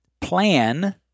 Plan